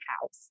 house